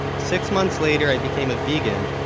six monthslater i became a vegan,